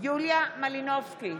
יוליה מלינובסקי,